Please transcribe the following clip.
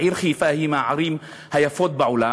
העיר חיפה היא מהערים היפות בעולם.